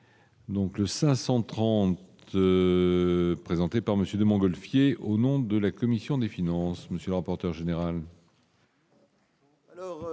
Donc, le 530 présenté par Monsieur de Mongolfier au nom de la commission des finances, monsieur le rapporteur général.